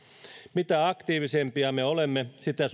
mitä aktiivisempia me olemme sitä